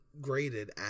graded